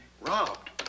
Robbed